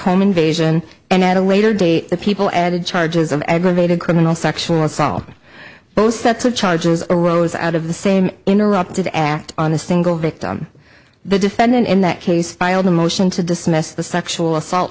home invasion and at a later date the people added charges of aggravated criminal sexual assault both sets of charges arose out of the same interrupted act on the single victim the defendant in that case filed a motion to dismiss the sexual assault